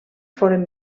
foren